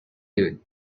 you